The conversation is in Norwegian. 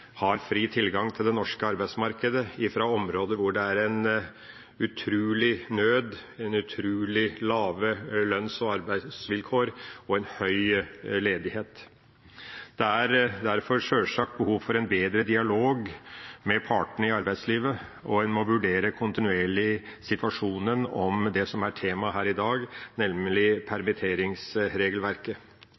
har fri tilgang til det norske arbeidsmarkedet fra områder hvor det er en utrolig nød, utrolig lave lønns- og arbeidsvilkår og en høy ledighet. Det er derfor sjølsagt behov for en bedre dialog med partene i arbeidslivet, og en må vurdere kontinuerlig situasjonen om det som er tema her i dag, nemlig permitteringsregelverket.